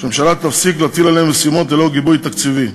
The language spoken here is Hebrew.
ושהממשלה תפסיק להטיל עליהן משימות ללא גיבוי תקציבי,